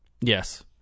Yes